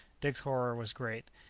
dick's horror was great.